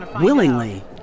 willingly